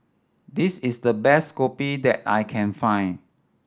this is the best kopi that I can find